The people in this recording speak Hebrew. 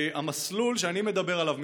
המסלול שאני מדבר עליו,